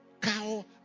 cow